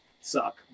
suck